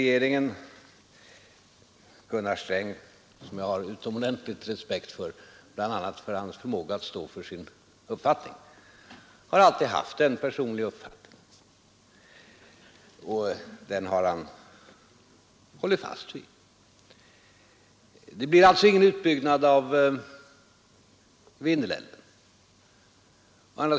Gunnar Sträng, som jag har utomordentlig respekt för bl.a. för hans förmåga att stå för sin uppfattning, har alltid haft den personliga uppfattningen att älven borde byggas ut, och den har han hållit fast vid. Det blir alltså ingen utbyggnad av Vindelälven.